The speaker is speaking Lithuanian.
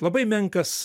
labai menkas